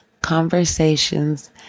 conversations